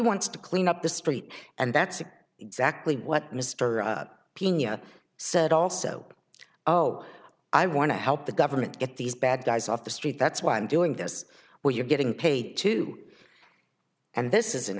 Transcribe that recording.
wants to clean up the street and that's exactly what mr pea said also oh i want to help the government get these bad guys off the street that's why i'm doing this where you're getting paid to and this is an